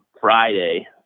Friday